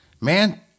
man